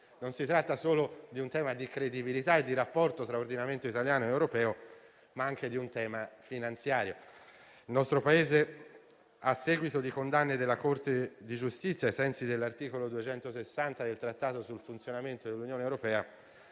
Si tratta non solo di un tema di credibilità e di rapporto tra ordinamento italiano ed europeo, ma anche di un tema finanziario. Il nostro Paese, a seguito di condanne della Corte di giustizia ai sensi dell'articolo 260 del Trattato sul funzionamento dell'Unione europea,